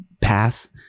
path